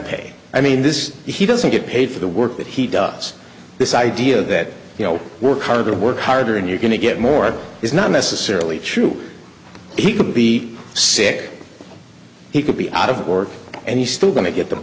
pay i mean this he doesn't get paid for the work that he does this idea that you know work harder work harder and you're going to get more is not necessarily true he could be sick he could be out of work and he's still going to get the